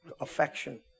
affection